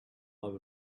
love